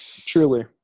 truly